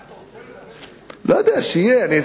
שיהיה.